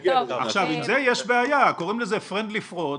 עם זה יש בעיה, קוראים לזה "פרנדלי פרוד".